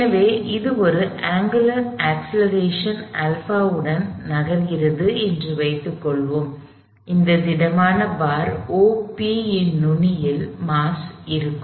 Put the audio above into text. எனவே இது ஒரு அங்குலர் அக்ஸ்லெரேஷன் α உடன் நகர்கிறது என்று வைத்துக் கொள்வோம் இந்த திடமான பார் OP இன் நுனியில் மாஸ் இருக்கும்